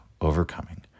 overcoming